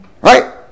right